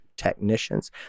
technicians